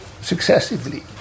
successively